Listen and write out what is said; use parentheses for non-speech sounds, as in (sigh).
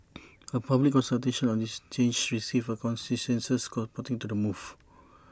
(noise) A public consultation on this change received A consensus (unintelligible) to the move